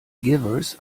givers